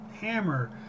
hammer